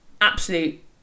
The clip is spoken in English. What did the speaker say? absolute